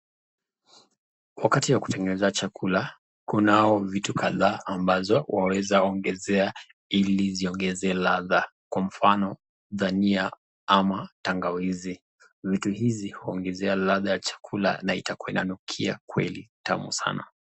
Wakati wa kutengeneza chakula, kuna vitu kadhaa ambazo waweza ongezea ili ziongeze ladhaa, kwa mfano dania ama tangawizi, vitu hizi huongezea ladhaa ya chakula na itakuwa inanukia kweli, tamu sana.